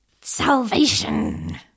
Salvation